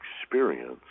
experience